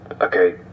Okay